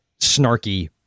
snarky